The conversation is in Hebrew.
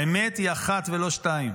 האמת היא אחת ולא שתיים,